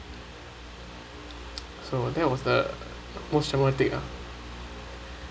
so that was the most traumatic lah